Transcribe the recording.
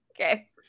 Okay